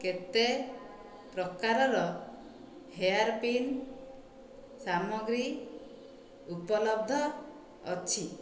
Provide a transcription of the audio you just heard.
କେତେ ପ୍ରକାରର hair pin ସାମଗ୍ରୀ ଉପଲବ୍ଧ ଅଛି